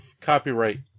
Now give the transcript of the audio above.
copyright